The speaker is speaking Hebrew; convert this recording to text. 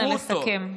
נא לסכם.